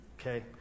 okay